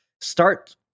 start